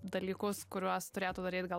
dalykus kuriuos turėtų daryt gal